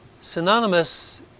synonymous